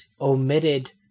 omitted